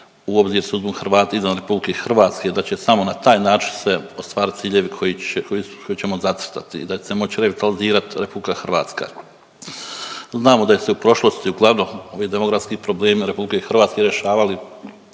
u obzir se uzmu Hrvati izvan RH, da će samo na taj način se ostvariti ciljevi koje ćemo zacrtati i da će se moći revitalizirati RH. Znamo da se u prošlosti uglavnom ovi demografski problemi RH rješavali